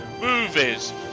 movies